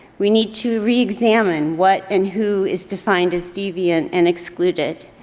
we need to re-examine what and who is defined as deviant and excluded.